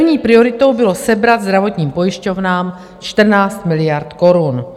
První prioritou bylo sebrat zdravotním pojišťovnám 14 miliard korun.